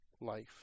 life